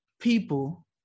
people